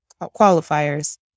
qualifiers